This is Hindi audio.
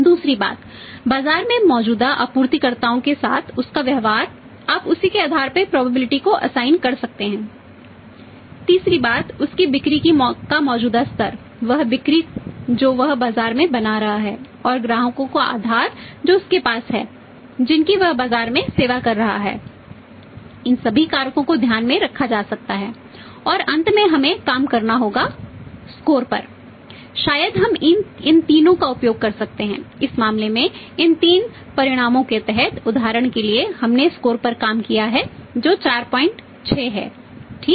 दूसरी बात बाजार में मौजूदा आपूर्तिकर्ताओं के साथ उसका व्यवहार आप उसी के आधार पर प्रोबेबिलिटी पर काम किया है जो 46 है ठीक